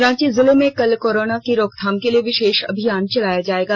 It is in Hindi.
रांची जिले में कल कोरोना की रोकथाम के लिए विशेष अभियान चलाया जाएगा